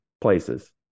places